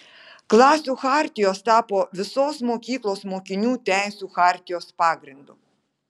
klasių chartijos tapo visos mokyklos mokinių teisių chartijos pagrindu